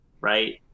right